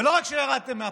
ולא רק שירדתם מהפסים,